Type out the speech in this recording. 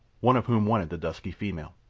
one of whom wanted the dusky female.